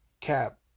Cap